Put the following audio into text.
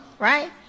right